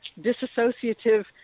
disassociative